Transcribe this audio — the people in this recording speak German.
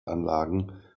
anlagen